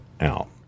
out